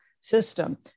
system